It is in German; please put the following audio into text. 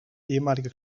ehemalige